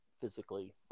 physically